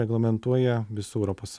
reglamentuoja visi europos